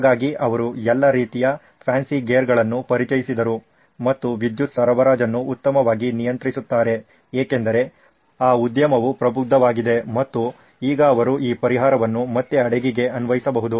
ಹಾಗಾಗಿ ಅವರು ಎಲ್ಲಾ ರೀತಿಯ ಫ್ಯಾನ್ಸಿ ಗೇರ್ಗಳನ್ನು ಪರಿಚಯಿಸಿದರು ಮತ್ತು ವಿದ್ಯುತ್ ಸರಬರಾಜನ್ನು ಉತ್ತಮವಾಗಿ ನಿಯಂತ್ರಿಸುತ್ತಾರೆ ಏಕೆಂದರೆ ಆ ಉದ್ಯಮವು ಪ್ರಬುದ್ಧವಾಗಿದೆ ಮತ್ತು ಈಗ ಅವರು ಈ ಪರಿಹಾರವನ್ನು ಮತ್ತೆ ಹಡಗಿಗೆ ಅನ್ವಯಿಸಬಹುದು